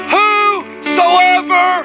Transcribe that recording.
Whosoever